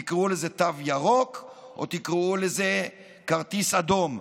תקראו לזה תו ירוק או תקראו לזה כרטיס אדום,